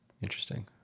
Interesting